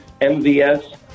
MVS